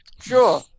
Sure